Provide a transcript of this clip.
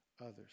others